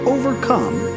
overcome